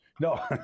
No